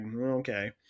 okay